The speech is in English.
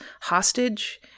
hostage